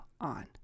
on